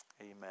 amen